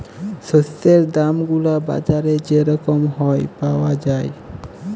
শস্যের দাম গুলা বাজারে যে রকম হ্যয় পাউয়া যায়